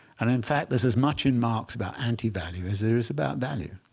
and in fact, there's as much in marx about anti-value as there is about value.